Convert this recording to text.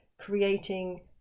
creating